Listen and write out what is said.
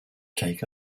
take